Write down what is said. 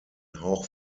hauch